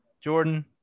Jordan